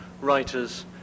writers